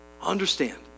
understand